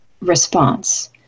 response